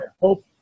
hope